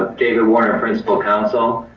david warner, principal counsel.